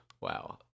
Wow